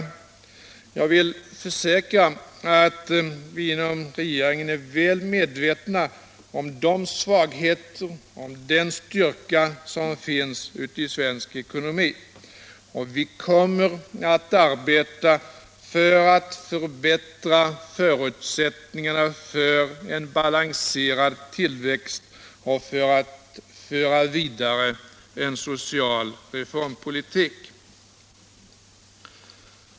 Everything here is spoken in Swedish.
Men jag vill försäkra att regeringen är väl medveten om de svagheter och om den styrka som finns i svensk ekonomi. Vi kommer att arbeta för att förbättra förutsättningarna för en balanserad tillväxt och för att föra vidare en social reformpolitik.